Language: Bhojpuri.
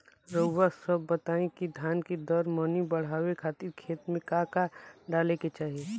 रउआ सभ बताई कि धान के दर मनी बड़ावे खातिर खेत में का का डाले के चाही?